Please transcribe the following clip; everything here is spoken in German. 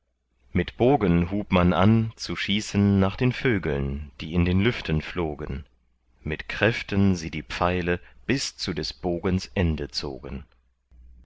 mit bogen hub man an zu schießen nach den vögeln die in den lüften flogen mit kräften sie die pfeile bis zu des bogens ende zogen